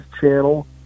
channel